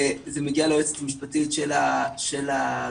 מגיע ליועצת המשפטית של הזרוע,